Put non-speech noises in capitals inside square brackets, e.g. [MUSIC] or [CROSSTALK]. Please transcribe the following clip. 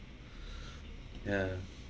[BREATH] ya